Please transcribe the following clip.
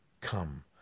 come